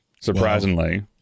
surprisingly